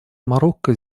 марокко